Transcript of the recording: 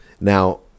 now